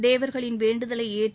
தேவர்களின் வேண்டுதலை ஏற்று